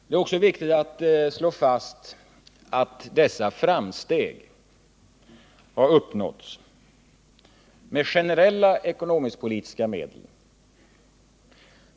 Det är också viktigt att slå fast att dessa framsteg har uppnåtts med generella ekonomisk-politiska medel.